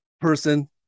person